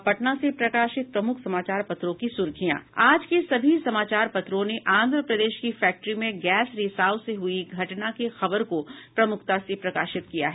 अब पटना से प्रकाशित प्रमुख समाचार पत्रों की सुर्खियां आज के सभी समाचार पत्रों ने आंध्र प्रदेश की फैक्ट्री में गैस रिसाव से हुई घटना की खबर को प्रमुखता से प्रकाशित किया है